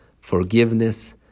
forgiveness